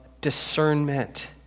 discernment